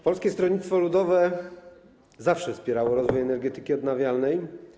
Polskie Stronnictwo Ludowe zawsze wspierało rozwój energetyki odnawialnej.